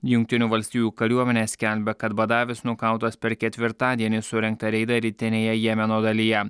jungtinių valstijų kariuomenė skelbia kad badavis nukautas per ketvirtadienį surengtą reidą rytinėje jemeno dalyje